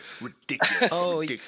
Ridiculous